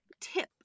tip